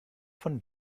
von